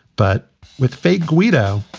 but with fate. guido,